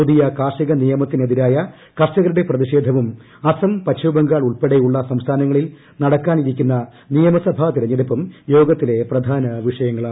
പുതിയ കാർഷിക നിയമത്തിനെതിരായ കർഷകരുടെ പ്രതിഷേധവും അസ്സം പശ്ചിമ ബംഗാൾ ഉൾപ്പെടെയുള്ള സംസ്ഥാനങ്ങളിൽ നടക്കാനിരിക്കുന്ന നിയമസഭാ തെരഞ്ഞെടുപ്പും യോഗത്തിലെ പ്രധാന വിഷയങ്ങളാണ്